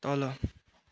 तल